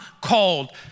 called